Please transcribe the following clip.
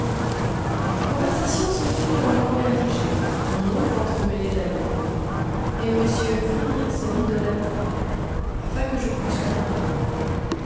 la conversation se fit en langue indigène que mon oncle entremêlait d'allemand et m fridriksson de latin afin que je pusse la comprendre